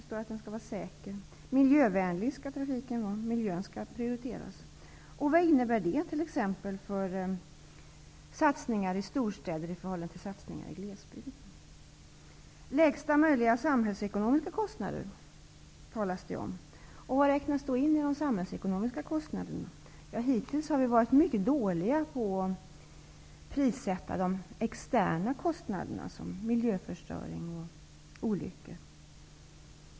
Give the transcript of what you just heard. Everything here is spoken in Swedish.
Trafiken skall vara miljövänlig, dvs. miljön skall prioriteras. Vad innebär dessa mål när det gäller satsningar i storstäderna i förhållande till satsningar i glesbygden? Det talas om lägsta möjliga samhällsekonomiska kostnader. Vad räknas in i de samhällsekonomiska kostnaderna? Hittills har vi varit mycket dåliga på att prissätta de externa kostnaderna såsom miljöförstöring och olyckor.